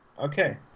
Okay